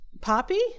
Poppy